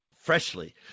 freshly